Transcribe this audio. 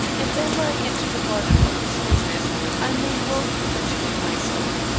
if ever i get to the bottom of this business i may well congratulate myself.